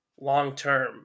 long-term